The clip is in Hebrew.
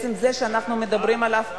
עצם זה שאנחנו מדברים עליו פה,